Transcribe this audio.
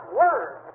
word